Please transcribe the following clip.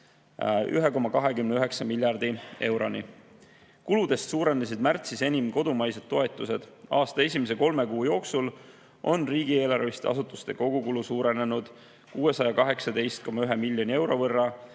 1,29 miljardi euroni. Kuludest suurenesid märtsis enim kodumaised toetused. Aasta esimese kolme kuu jooksul on riigieelarveliste asutuste kogukulu suurenenud 618,1 miljoni euro võrra,